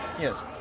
Yes